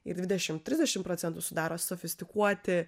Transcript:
ir dvidešim trisdešim procentų sudaro sofistikuoti